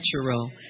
natural